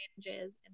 changes